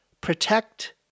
protect